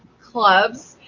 clubs